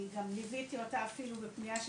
כי גם ליוויתי אותה אפילו בפנייה,